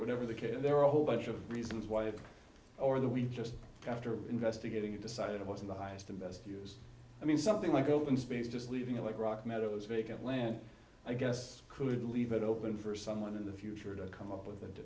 whatever the case and there are a whole bunch of reasons why it or that we just after investigating it decided it was in the highest and best use i mean something like open space just leaving it like rock meadows vacant land i guess could leave it open for someone in the future to come up with